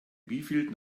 wievielten